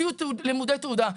תהיו לימודים תעודה.